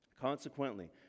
Consequently